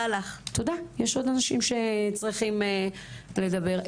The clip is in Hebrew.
יש עוד אנשים שצריכים לדבר.